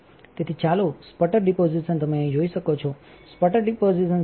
તેથી ચાલો sputter deposition તમે અહીં જોઈ શકો છો સ્પટર ડિપોઝિશન સિસ્ટમ